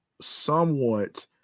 somewhat